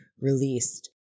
released